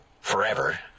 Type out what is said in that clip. forever